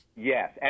Yes